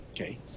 okay